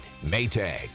Maytag